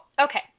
Okay